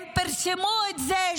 הם פרסמו את זה,